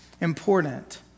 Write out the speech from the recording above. important